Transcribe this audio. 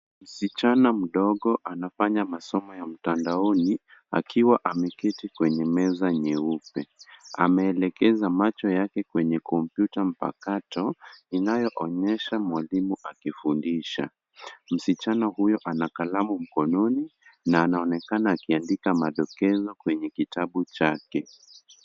Msichana mdogo anafanya masomo ya mtandaoni akiwa ameketi kwenye meza nyeupe. Ameelekeza macho yake kwenye kompyuta mpakato inayoonyesha mwalimu akifundisha. Msichana huyo ana kalamu mkononi na anaonekana akiandika madokezo kwenye kitabu chake.